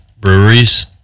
breweries